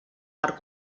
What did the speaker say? per